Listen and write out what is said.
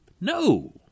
No